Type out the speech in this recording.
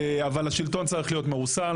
אבל השלטון צריך להיות מרוסן,